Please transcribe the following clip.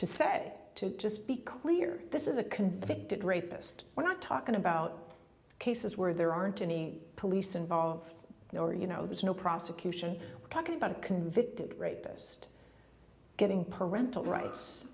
to say to just be clear this is a convicted rapist we're not talking about cases where there aren't any police involved or you know there's no prosecution we're talking about a convicted rapist getting parental rights